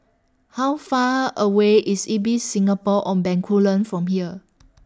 How Far away IS Ibis Singapore on Bencoolen from here